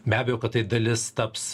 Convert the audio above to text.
be abejo kad tai dalis taps